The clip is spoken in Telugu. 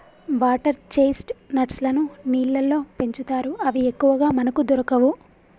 వాటర్ చ్చేస్ట్ నట్స్ లను నీళ్లల్లో పెంచుతారు అవి ఎక్కువగా మనకు దొరకవు